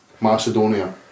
Macedonia